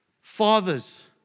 fathers